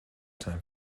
time